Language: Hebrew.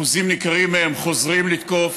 אחוזים ניכרים מהם חוזרים לתקוף,